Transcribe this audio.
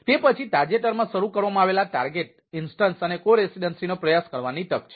તે પછી તાજેતરમાં શરૂ કરવામાં આવેલા ટાર્ગેટ ઇન્સ્ટન્સ અને કો રેસીડેન્સી નો પ્રયાસ કરવાની તક છે